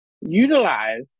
utilize